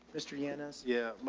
mr yannis? yeah.